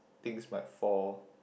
things might fall